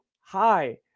hi